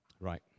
Right